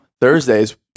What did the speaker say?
thursdays